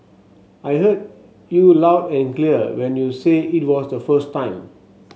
I heard you loud and clear when you said it the first time